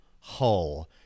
Hull